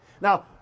Now